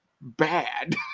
bad